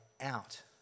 out